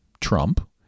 Trump